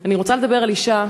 אני רוצה לדבר על אישה נפלאה,